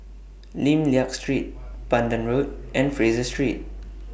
Lim Liak Street Pandan Road and Fraser Street